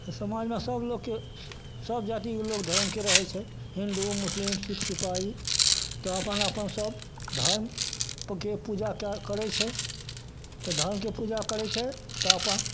तऽ समाजमे सभ लोकके सभ जातिके लोक धरमके रहै छै हिन्दू मुसलिम सिख ईसाइ तऽ अपन अपन सब धरमके पूजा कै करै छै तऽ धरमके पूजा करै छै तऽ अपन